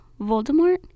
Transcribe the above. Voldemort